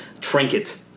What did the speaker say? trinket